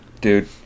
Dude